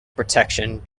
protection